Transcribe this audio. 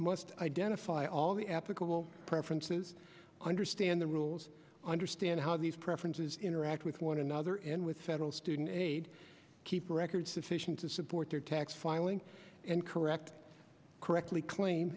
must identify all the applicable preferences understand the rules understand how these preferences interact with one another and with federal student aid keeper sufficient to support their tax filing and correct correctly claim